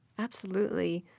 absolutely.